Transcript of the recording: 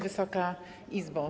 Wysoka Izbo!